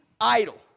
idle